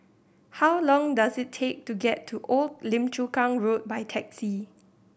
how long does it take to get to Old Lim Chu Kang Road by taxi